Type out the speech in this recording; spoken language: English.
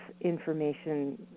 information